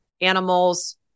animals